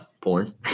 porn